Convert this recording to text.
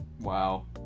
Wow